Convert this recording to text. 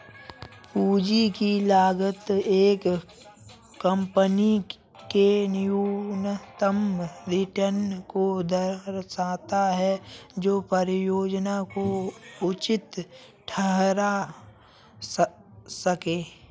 पूंजी की लागत एक कंपनी के न्यूनतम रिटर्न को दर्शाता है जो परियोजना को उचित ठहरा सकें